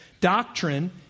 Doctrine